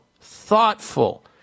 thoughtful